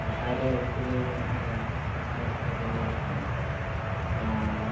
ᱦᱟᱭᱨᱮ ᱟᱹᱨᱤᱪᱟᱹᱞᱤ ᱢᱤᱫ ᱥᱟᱱᱛᱟᱲᱤ ᱥᱤᱱᱮᱹᱢᱟᱧ ᱧᱮᱞᱠᱟᱜᱼᱟ ᱟᱨ